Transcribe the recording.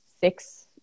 six